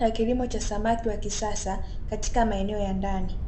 ya kilimo cha samaki wa kisasa katika maeneo ya ndani.